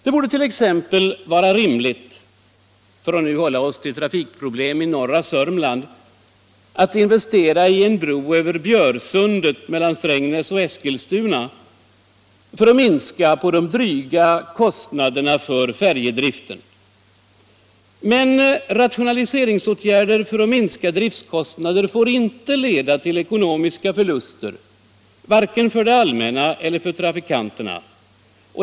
Det borde t.ex. vara rimligt — för att nu hålla mig till trafikproblem i norra Sörmland — att investera i en bro över Björsundet mellan Strängnäs och Eskilstuna för att minska de dryga kostnaderna för färjedriften. Men rationaliseringsåtgärder för att minska driftkostnader får inte leda till ekonomiska förluster vare sig för det allmänna eller för trafikanterna.